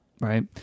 right